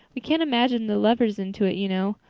we can't imagine the lovers into it, you know.